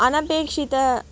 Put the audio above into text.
अनपेक्षित